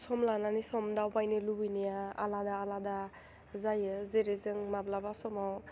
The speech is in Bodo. सम लानानै सम दावबायनो लुबैनाया आलादा आलादा जायो जेरै जों माब्लाबा समाव